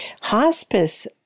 Hospice